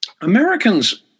Americans